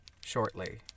shortly